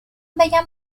بگم